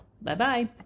Bye-bye